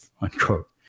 unquote